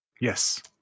Yes